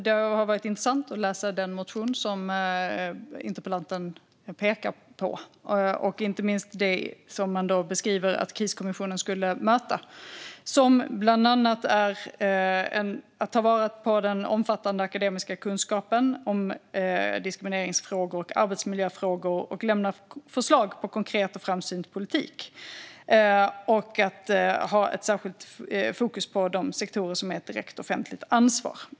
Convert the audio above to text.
Det har varit intressant att läsa den motion som interpellanten pekar på, inte minst det som man beskriver att kriskommissionen skulle göra: bland annat att ta vara på den omfattande akademiska kunskapen om diskrimineringsfrågor och arbetsmiljöfrågor, att lämna förslag på konkret och framsynt politik och att ha ett särskilt fokus på de sektorer som är ett direkt offentligt ansvar.